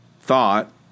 thought